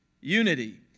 unity